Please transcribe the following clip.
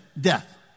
death